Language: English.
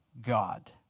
God